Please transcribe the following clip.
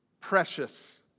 precious